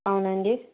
అవునండి